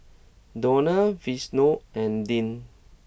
Donal Vashon and Deann